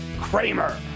Kramer